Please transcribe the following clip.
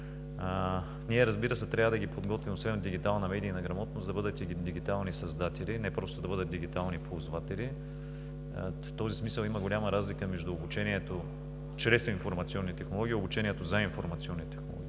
Ние, разбира се, трябва да ги подготвим освен в дигитална медийна грамотност, да бъдат и дигитални създатели, не просто да бъдат дигитални ползватели. В този смисъл има голяма разлика между обучението чрез информационни технологии и обучението за информационни технологии.